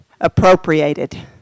appropriated